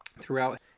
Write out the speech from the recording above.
throughout